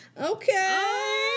okay